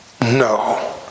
No